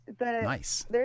nice